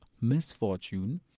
misfortune